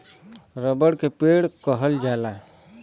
रबड़ के पेड़ कहल जाला